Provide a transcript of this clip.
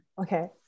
Okay